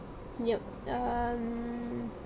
ya um